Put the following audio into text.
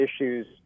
issues